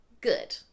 good